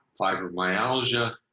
fibromyalgia